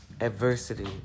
Adversity